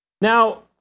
Now